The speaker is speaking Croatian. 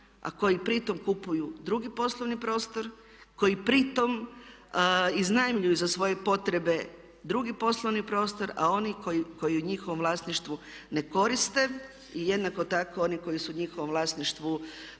a koji pritom kupuju drugi poslovni prostor, koji pritom iznajmljuju za svoje potrebe drugi poslovni prostor a oni koji u njihovom vlasništvu ne koriste i jednako tako oni koji su njihovom vlasništvu